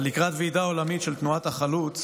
אבל לקראת ועידה עולמית של תנועת החלוץ